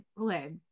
okay